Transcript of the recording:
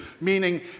meaning